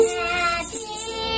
happy